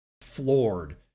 floored